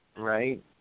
right